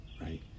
right